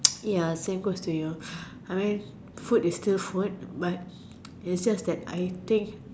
ya same goes to you food is still good but I think